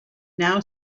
now